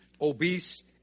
obese